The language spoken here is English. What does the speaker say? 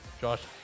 Josh